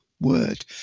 word